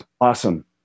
Awesome